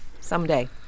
someday